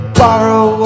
borrow